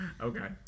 okay